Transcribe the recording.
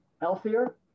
healthier